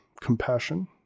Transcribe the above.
compassion